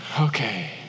Okay